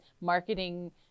marketing